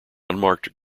unmarked